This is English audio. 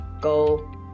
go